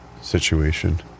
situation